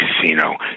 casino